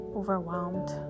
overwhelmed